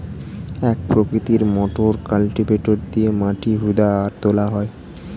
এক প্রকৃতির motor cultivator দিয়ে মাটি হুদা আর তোলা হয়